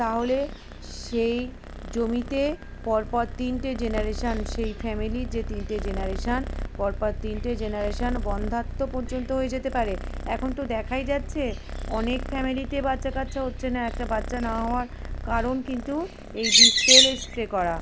তাহলে সেই জমিতে পরপর তিনটে জেনারেশান সেই ফ্যামিলির যে তিনটে জেনারেশান পরপর তিনটে জেনারেশান বন্ধাত্ম পর্যন্ত হয়ে যেতে পারে এখন তো দেখাই যাচ্ছে অনেক ফ্যামিলিতে বাচ্চা কাচ্চা হচ্ছে না একটা বাচ্চা না হওয়ার কারণ কিন্তু এই বিষ তেল স্প্রে করা